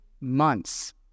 months